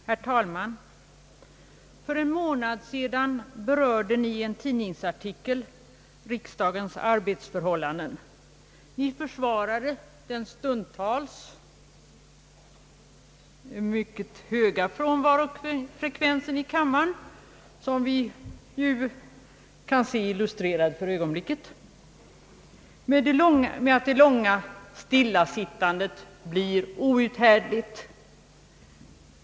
Herr talman! För en månad sedan berörde Ni i en tidningsartikel riksdagens arbetsförhållanden. Ni försvarade den stundtals mycket höga frånvarofrekvensen i kammaren — som vi ju kan se illustrerad för ögonblicket — med att det långa stillasittandet blir outhärdligt.